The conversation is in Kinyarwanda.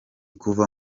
kuva